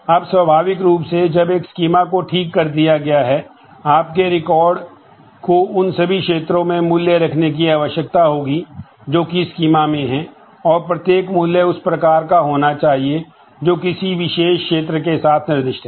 अब इस स्कीमा में है और प्रत्येक मूल्य उस प्रकार का होना चाहिए जो किसी विशेष क्षेत्र के साथ निर्दिष्ट है